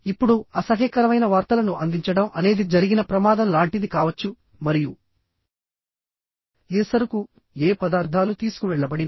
ఇప్పుడుఅసహ్యకరమైన వార్తలను అందించడం అనేది జరిగిన ప్రమాదం లాంటిది కావచ్చు మరియు ఏ సరుకుఏ పదార్థాలు తీసుకువెళ్లబడినా